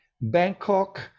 Bangkok